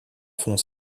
font